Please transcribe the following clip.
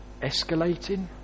escalating